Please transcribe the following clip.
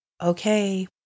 Okay